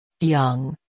Young